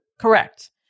Correct